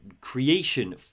creation